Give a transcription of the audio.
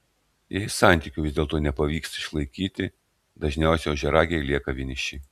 jei santykių vis dėlto nepavyksta išlaikyti dažniausiai ožiaragiai lieka vieniši